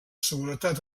seguretat